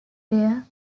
there